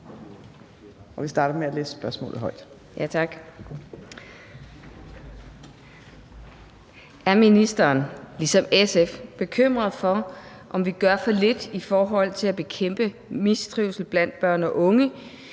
Er ministeren ligesom SF bekymret for, om vi gør for lidt for at bekæmpe mistrivsel blandt børn og unge,